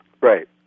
right